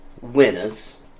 winners